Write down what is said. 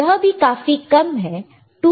यह भी काफी कम है